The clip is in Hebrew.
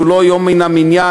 שהוא לא יום מן המניין,